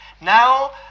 Now